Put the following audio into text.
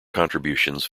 contributions